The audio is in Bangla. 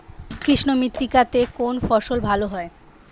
কৃষ্ণ মৃত্তিকা তে কোন ফসল ভালো হয়?